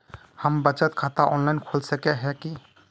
हम बचत खाता ऑनलाइन खोल सके है की?